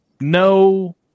no